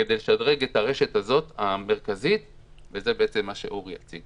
כדי לשדרג את הרשת המרכזית וזה בעצם מה שאורי הציג.